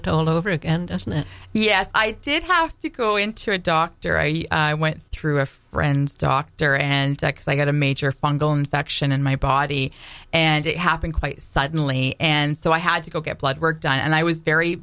it all over again and yes i did have to go into a doctor i went through a friend's doctor and i got a major fungal infection in my body and it happened quite suddenly and so i had to go get blood work done and i was very